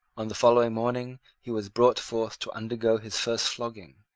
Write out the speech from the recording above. on the following morning he was brought forth to undergo his first flogging.